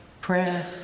Prayer